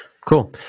Cool